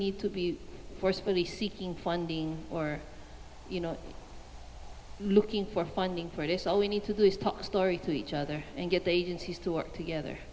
to be forcefully seeking funding or you know looking for funding for this all we need to do is talk story to each other and get the agencies to work together